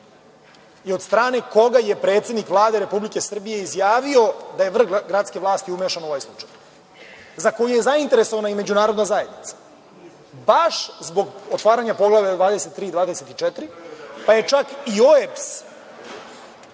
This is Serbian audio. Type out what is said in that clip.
i od strane koga je predsednik Vlade Republike Srbije izjavio da je vrh gradske vlasti umešan u ovaj slučaj, za koji je zainteresovana i međunarodna zajednica, baš zbog otvaranja poglavlja 23 i 24, pa je čak i OEBS